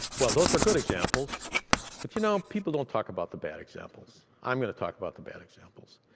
well, those are good examples but you know, people don't talk about the bad examples. i'm going to talk about the bad examples.